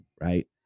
right